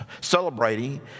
celebrating